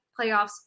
playoffs